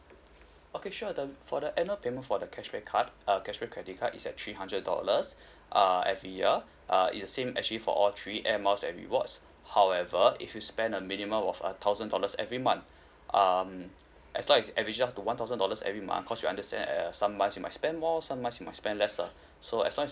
okay sure the for the annual payment for the cashback card uh cashback credit card is at three hundred dollars err every year err is the same actually for all three Air Miles and rewards however if you spend a minimum of a thousand dollars every month um as long as average to one thousand dollars every month because we understand err some month you might spend more some months you might spend less uh so as long as